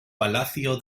palacio